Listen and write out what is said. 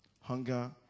Hunger